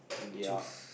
ya